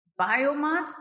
biomass